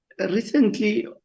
recently